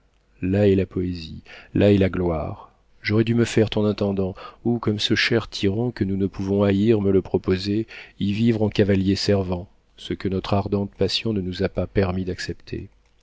là est la poésie là est la gloire j'aurais dû me faire ton intendant ou comme ce cher tyran que nous ne pouvons haïr me le proposait y vivre en cavalier servant ce que notre ardente passion ne nous a pas permis d'accepter